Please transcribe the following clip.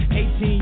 18